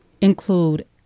include